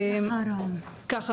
ככה,